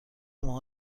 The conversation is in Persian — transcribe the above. ماها